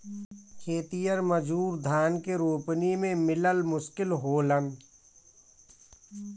खेतिहर मजूर धान के रोपनी में मिलल मुश्किल होलन